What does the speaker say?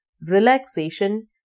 relaxation